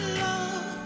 love